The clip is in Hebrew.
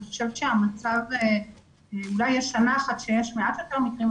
אני חושבת שאולי יש שנה אחת שיש מעט יותר מקרים,